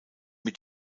mit